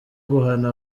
guhana